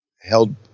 held